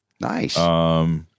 Nice